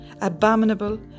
abominable